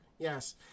Yes